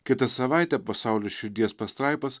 kitą savaitę pasaulio širdies pastraipas